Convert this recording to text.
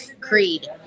Creed